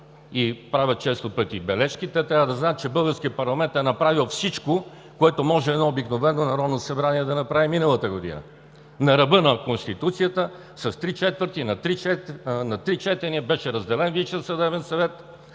правят бележки, те трябва да знаят, че българският парламент е направил всичко, което може едно обикновено Народно събрание да направи миналата година. На ръба на Конституцията на три четения беше разделен Висшият съдебен съвет,